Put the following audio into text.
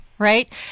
Right